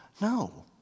No